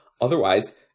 Otherwise